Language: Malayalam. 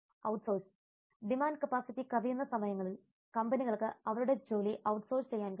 ഔട്ട്സോഴ്സ് ഡിമാൻഡ് കപ്പാസിറ്റി കവിയുന്ന സമയങ്ങളിൽ കമ്പനികൾക്ക് അവരുടെ ജോലി ഔട്ട്സോഴ്സ് ചെയ്യാൻ കഴിയും